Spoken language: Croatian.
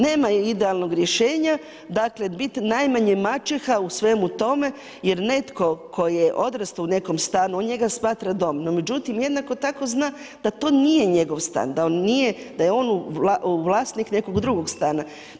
Nema idealnog rješenja, dakle biti najmanje maćeha u svemu tome jer netko tko je odrastao u nekom stanu, on njega smatra dom, međutim jednako tako zna da to nije njegov stan, da on nije, da je on vlasnik nekog drugog stana.